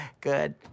good